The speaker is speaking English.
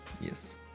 Yes